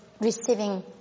receiving